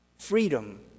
Freedom